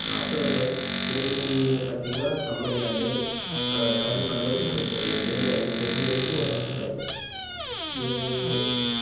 சாப்பிட்றப்ப இறைச்சிக்கு பார்த்திங்கன்னா செம்மறி ஆடு கருப்பாடு ரொம்ப சிறந்ததுனு எனக்கு தெரிஞ்ச வரைக்கும் நான் சொல்கிறேன் இது